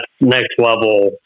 next-level